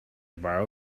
borrow